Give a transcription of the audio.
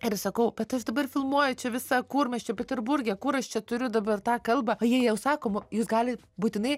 ir sakau bet aš dabar filmuoju čia visą kur mes čia peterburge kur aš čia turiu dabar tą kalbą ji jau sakoma jūs galit būtinai